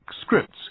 scripts